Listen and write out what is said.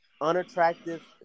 unattractive